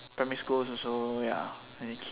primary schools also ya and then